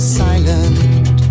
silent